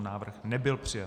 Návrh nebyl přijat.